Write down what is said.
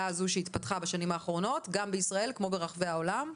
הזאת שהתפתחה בשנים האחרונות גם בישראל כמו ברחבי העולם.